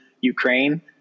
Ukraine